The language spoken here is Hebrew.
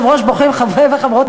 ששרים לא ימנו חברי דירקטוריון,